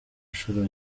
nshuro